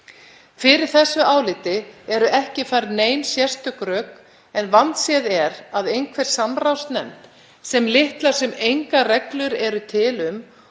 Fyrir þessu áliti eru ekki færð nein sérstök rök en vandséð er að einhver samráðsnefnd, sem litlar sem engar reglur eru til um